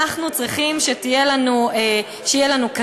אנחנו צריכים שיהיו לנו קזינו,